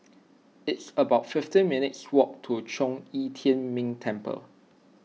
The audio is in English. it's about fifty minutes' walk to Zhong Yi Tian Ming Temple